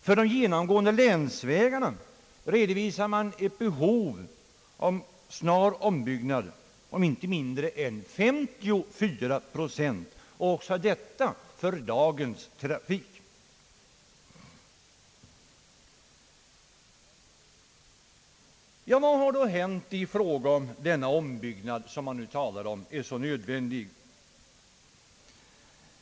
För de genomgående länsvägarna redovisas ett behov av snar ombyggnad på inte mindre än 54 procent, också detta för dagens trafik. Vad har då hänt i fråga om denna ombyggnad som man nu anser vara så nödvändig?